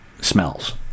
smells